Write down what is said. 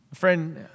Friend